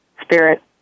spirit